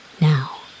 Now